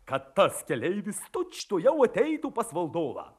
kad tas keleivis tučtuojau ateitų pas valdovą